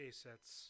sets